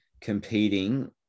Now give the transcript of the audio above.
competing